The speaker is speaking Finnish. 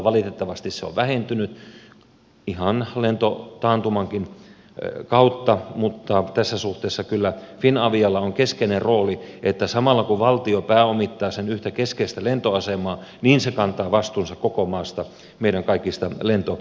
valitettavasti se on vähentynyt ihan lentotaantumankin kautta mutta tässä suhteessa kyllä finavialla on keskeinen rooli että samalla kun valtio pääomittaa sen yhtä keskeistä lentoasemaa se kantaa vastuunsa koko maasta meidän kaikista lentokentistä